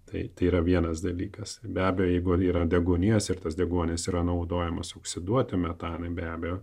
tai tai yra vienas dalykas be abejo jeigu yra deguonies ir tas deguonis yra naudojamas oksiduoti metanui be abejo